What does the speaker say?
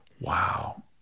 Wow